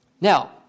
Now